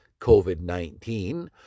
COVID-19